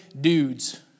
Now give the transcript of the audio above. dudes